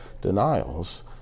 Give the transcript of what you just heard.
denials